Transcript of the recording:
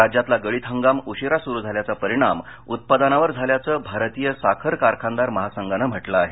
राज्यातला गळीत हंगाम उशिरा सुरु झाल्याचा परिणाम उत्पादनावर झाल्याचं भारतीय साखर कारखानदार महासंघानं म्हटलं आहे